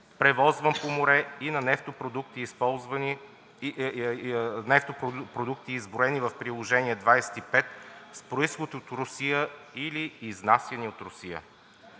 превозван по море, или на нефтопродукти, изброени в Приложение № 25, с произход от Русия или изнасяни от Русия.